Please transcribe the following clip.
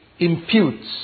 imputes